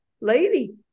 lady